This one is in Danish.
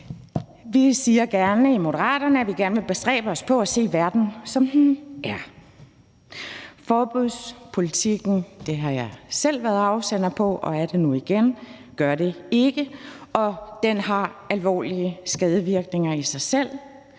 Vi siger gerne i Moderaterne, at vi vil bestræbe os på at se verden, som den er. Forbudspolitikken – det har jeg selv været afsender på og er det nu igen – gør det ikke, og den har alvorlige skadevirkninger i sig selv.